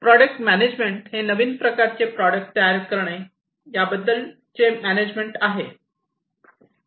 product management हे नवीन प्रकारचे प्रॉडक्ट तयार करणे याबद्दल चे मॅनेजमेंट आहे